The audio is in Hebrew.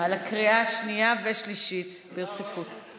בקריאה השנייה והשלישית ברציפות.